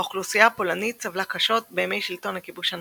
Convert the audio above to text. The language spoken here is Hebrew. האוכלוסייה הפולנית סבלה קשות בימי שלטון הכיבוש הנאצי.